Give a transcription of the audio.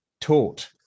taught